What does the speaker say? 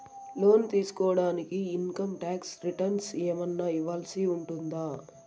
లోను తీసుకోడానికి income tax returns ఏమన్నా ఇవ్వాల్సి ఉంటుందా